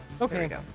Okay